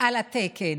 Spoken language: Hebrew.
על התקן,